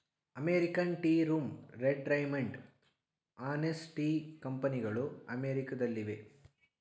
American tea room, red Raymond, Hanes tea ಕಂಪನಿಗಳು ಅಮೆರಿಕದಲ್ಲಿವೆ